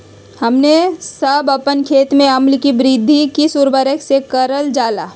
हमने सब अपन खेत में अम्ल कि वृद्धि किस उर्वरक से करलजाला?